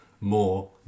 more